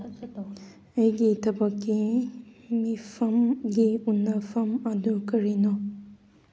ꯑꯩꯒꯤ ꯊꯕꯛꯀꯤ ꯃꯤꯐꯝꯒꯤ ꯎꯟꯅꯐꯝ ꯑꯗꯨ ꯀꯔꯤꯅꯣ